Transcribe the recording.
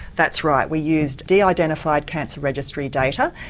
that's right, we used d-identified cancer registry data,